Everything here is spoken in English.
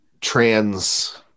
trans